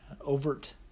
overt